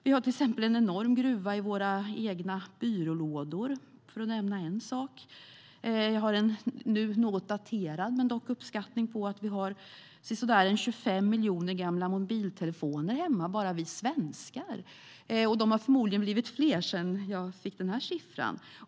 Vi har till exempel en enorm gruva i våra byrålådor. Enligt en något daterad uppskattning har vi svenskar ca 25 miljoner gamla mobiltelefoner hemma. De har förmodligen blivit fler sedan jag fick denna siffra.